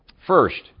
First